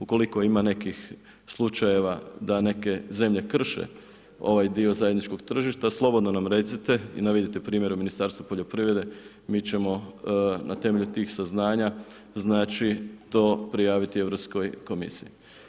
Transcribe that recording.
Ukoliko ima nekih slučajeva, da neke zemlje krše ovaj dio zajedničkog tržišta, slobodno nam recite i navedite primjere ministarstva poljoprivrede mi ćemo na temelju tih saznanja to prijaviti Europskoj komisiji.